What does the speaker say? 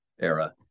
era